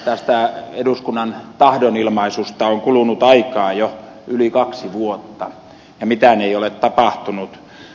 tästä eduskunnan tahdonilmaisusta on kulunut aikaa jo yli kaksi vuotta ja mitään ei ole tapahtunut